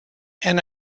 and